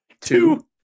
two